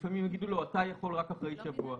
ולפעמים יגידו לו אתה יכול רק אחרי שבוע.